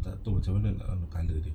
tak tahu macam mana nak colour dia